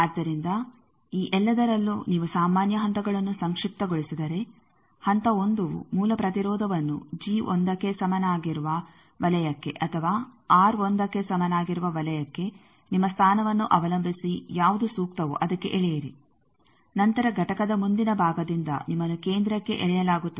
ಆದ್ದರಿಂದ ಈ ಎಲ್ಲದರಲ್ಲೂ ನೀವು ಸಾಮಾನ್ಯ ಹಂತಗಳನ್ನು ಸಂಕ್ಷಿಪ್ತಗೊಳಿಸಿದರೆ ಹಂತ 1ವು ಮೂಲ ಪ್ರತಿರೋಧವನ್ನು ಜಿ 1ಕ್ಕೆ ಸಮನಾಗಿರುವ ವಲಯಕ್ಕೆ ಅಥವಾ ಆರ್ 1ಕ್ಕೆ ಸಮನಾಗಿರುವ ವಲಯಕ್ಕೆ ನಿಮ್ಮ ಸ್ಥಾನವನ್ನು ಅವಲಂಬಿಸಿ ಯಾವುದು ಸೂಕ್ತವೋ ಅದಕ್ಕೆ ಎಳೆಯಿರಿ ನಂತರ ಘಟಕದ ಮುಂದಿನ ಭಾಗದಿಂದ ನಿಮ್ಮನ್ನು ಕೇಂದ್ರಕ್ಕೆ ಎಳೆಯಲಾಗುತ್ತದೆ